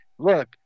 Look